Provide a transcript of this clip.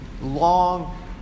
long